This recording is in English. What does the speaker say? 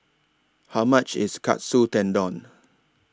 How much IS Katsu Tendon